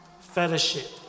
Fellowship